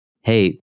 Hey